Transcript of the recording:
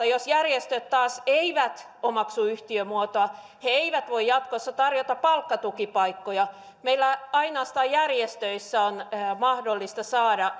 jos järjestöt taas eivät omaksu yhtiömuotoa ne eivät voi jatkossa tarjota palkkatukipaikkoja meillä ainoastaan järjestöissä on mahdollista saada